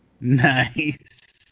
Nice